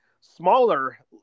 smaller